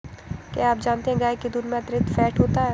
क्या आप जानते है गाय के दूध में अतिरिक्त फैट होता है